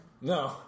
No